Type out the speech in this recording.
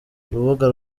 urubuga